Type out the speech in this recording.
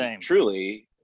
truly